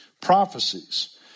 prophecies